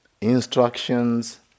instructions